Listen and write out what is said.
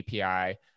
API